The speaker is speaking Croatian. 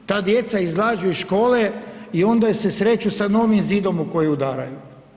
Ta djeca izađu iz škole i onda se sreću sa novim zidom u koji udaraju.